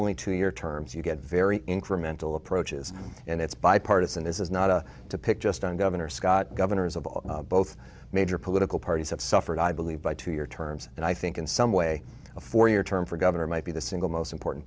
only two year terms you get very incremental approaches and it's bipartisan this is not a to pick just on governor scott governors of both major political parties have suffered i believe by two year terms and i think in some way a four year term for governor might be the single most important